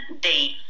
Day